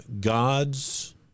God's